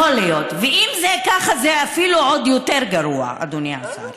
ואם זה ככה, זה אפילו עוד יותר גרוע, אדוני השר.